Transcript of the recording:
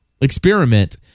experiment